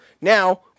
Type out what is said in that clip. Now